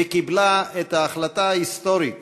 וקיבלה את ההחלטה ההיסטורית